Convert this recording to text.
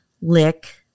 lick